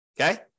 Okay